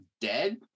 dead